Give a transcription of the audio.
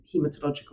hematological